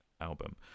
album